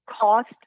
cost